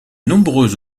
nombreux